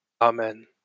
Amen